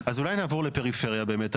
אז אולי נעבור לפריפריה באמת.